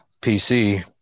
PC